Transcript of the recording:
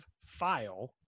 file